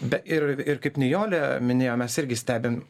be ir ir kaip nijolė minėjo mes irgi stebim